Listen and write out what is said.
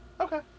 Okay